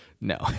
No